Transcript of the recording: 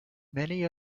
many